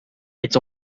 its